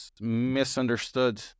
misunderstood